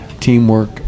teamwork